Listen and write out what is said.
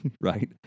right